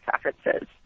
preferences